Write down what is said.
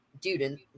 Dude